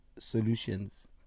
solutions